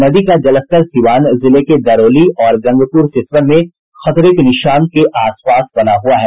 नदी का जलस्तर सीवान जिले के दरौली और गंगपुर सिसवन में खतरे के निशान के आस पास बना हुआ है